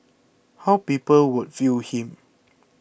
how people would view him